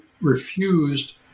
refused